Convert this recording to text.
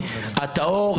הטהור,